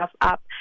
up